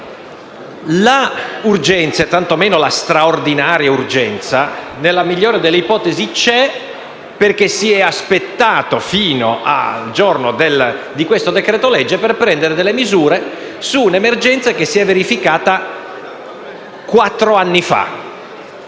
la straordinaria urgenza, nella migliore delle ipotesi c'è perché si è aspettato fino al giorno di questo decreto-legge per prendere talune misure sull'emergenza che si è verificata quattro anni fa.